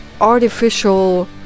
artificial